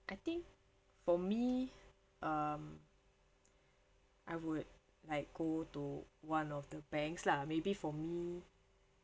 I think for me um I would like go to one of the banks lah maybe for me